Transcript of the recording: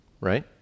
right